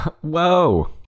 Whoa